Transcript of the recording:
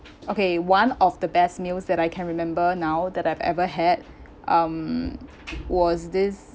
okay one of the best meals that I can remember now that I've ever had um was this